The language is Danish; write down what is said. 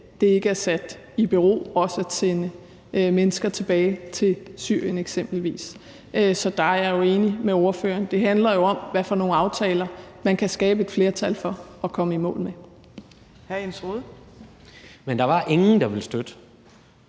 også er sat i bero at sende mennesker tilbage til Syrien eksempelvis. Så der er jeg enig med spørgeren. Det handler jo om, hvad for nogle aftaler man kan skabe et flertal for og komme i mål med. Kl. 14:23 Tredje